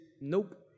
nope